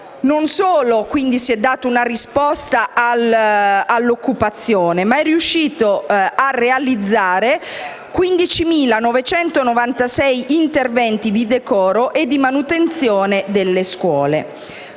non solo si è data una risposta all'occupazione, ma si è riusciti a realizzare 15.996 interventi di decoro e di manutenzione delle scuole.